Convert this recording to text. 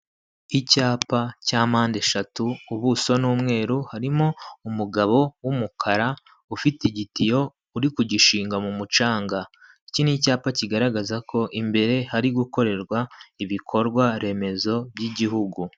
Icyapa cya mpande eshatu, ubuso ni umweru, harimo umugabo w'umukara, ufite igitiyo, uri kugishinga mu mucanga. Iki ni icyapa kigaragaza ko imbere hari gukorerwa ibikorwa remezo by'igihugu.